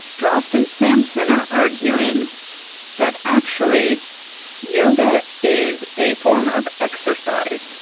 drost and samson are arguing that actually yoga is a form of exercise,